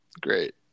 Great